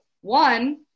One